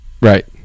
Right